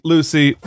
Lucy